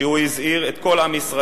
הוא הזהיר את כל עם ישראל